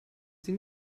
sie